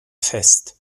fest